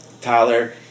Tyler